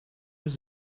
was